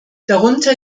darunter